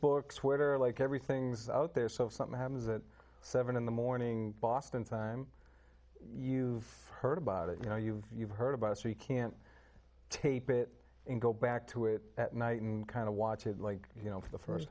twitter like everything's out there so if something happens at seven in the morning boston time you've heard about it you know you've you've heard about it so you can't tape it and go back to it at night and kind of watch it like you know for the first